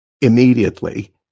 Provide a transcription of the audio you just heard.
immediately